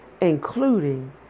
including